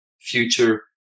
future